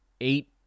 eight